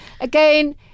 Again